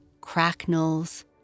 cracknels